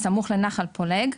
בסמוך לנחל פולג,